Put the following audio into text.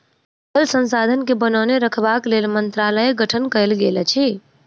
जल संसाधन के बनौने रखबाक लेल मंत्रालयक गठन कयल गेल अछि